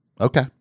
Okay